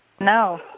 No